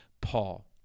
Paul